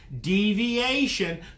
deviation